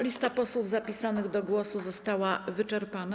Lista posłów zapisanych do głosu została wyczerpana.